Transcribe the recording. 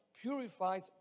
purifies